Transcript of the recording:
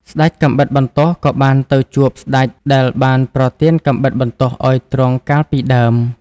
ស្ដេចកាំបិតបន្ទោះក៏បានទៅជួបស្ដេចដែលបានប្រទានកាំបិតបន្ទោះឱ្យទ្រង់កាលពីដើម។